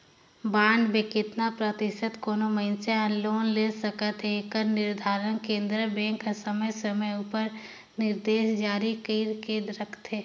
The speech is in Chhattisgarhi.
बांड में केतना परतिसत कोनो मइनसे हर लोन ले सकत अहे एकर निरधारन केन्द्रीय बेंक हर समे समे उपर निरदेस जारी कइर के रखथे